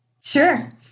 Sure